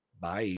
Bye